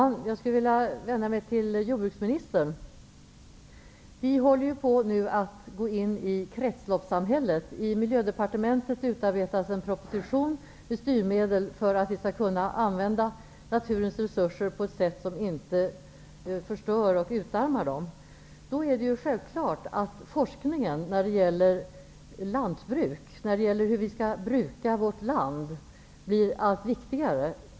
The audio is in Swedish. Fru talman! Jag vill vända mig till jordbruksministern. Vi håller nu på att gå in i kretsloppssamhället. I Miljödepartementet utarbetas en proposition med styrmedel för användandet av naturens resurser på ett sätt som inte förstör och utarmar dem. Då är det självklart att forskningen när det gäller lantbruk, hur vi skall bruka vårt land, blir allt viktigare.